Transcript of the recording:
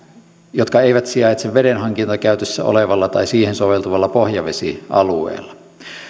jotka eivät sijaitse vedenhankintakäytössä olevalla tai siihen soveltuvalla pohjavesialueella